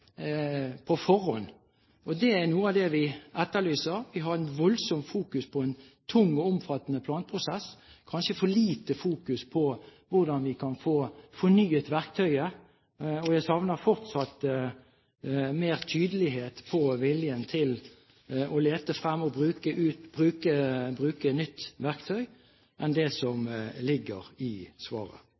på forhånd. Det er noe av det vi etterlyser. Vi har et voldsomt fokus på en tung og omfattende planprosess – kanskje for lite fokus på hvordan vi kan få fornyet verktøyet. Jeg savner fortsatt mer tydelighet når det gjelder viljen til å lete frem og bruke nytt verktøy, enn det som ligger i svaret.